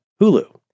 Hulu